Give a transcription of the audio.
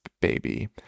baby